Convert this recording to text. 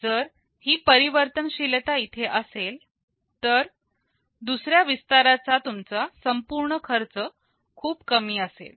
जर ही परिवर्तनशीलता इथे असेल तर दुसऱ्या विस्ताराचा तुमचा संपूर्ण खर्च खूप कमी असेल